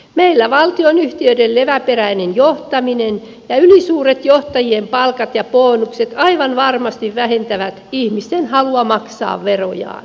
meillä valtionyhtiöiden leväperäinen johtaminen ja ylisuuret johtajien palkat ja bonukset aivan varmasti vähentävät ihmisten halua maksaa verojaan